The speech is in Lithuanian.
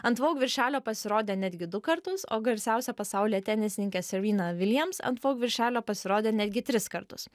ant vogue viršelio pasirodė netgi du kartus o garsiausia pasaulyje tenisininkė serena williams ant vogue viršelio pasirodė netgi tris kartus